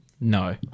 No